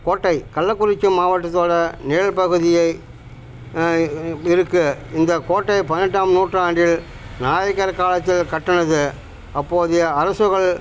கோட்டை கள்ளக்குறிச்சி மாவட்டத்தோடய நிழல் பகுதியை இருக்குது இந்த கோட்டை பதினெட்டாம் நூற்றாண்டில் நாயக்கர் காலத்தில் கட்டினது அப்போதைய அரசுகள்